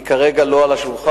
היא כרגע לא על השולחן,